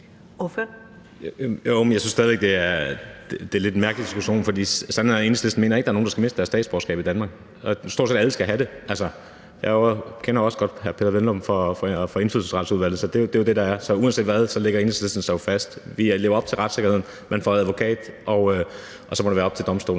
jeg synes stadig væk, at det er en lidt mærkelig diskussion, for Enhedslisten mener ikke, at der er nogen, der skal miste sit statsborgerskab i Danmark. Stort set alle skal have det, altså, jeg kender også godt hr. Peder Hvelplund fra Indfødsretsudvalget, og det er jo sådan, det er. Så uanset hvad, lægger Enhedslisten sig jo fast på det. Vi lever op til retssikkerheden, man får en advokat på, og så må det være op til domstolene